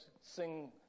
sing